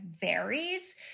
varies